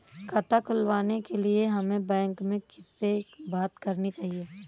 खाता खुलवाने के लिए हमें बैंक में किससे बात करनी चाहिए?